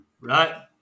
Right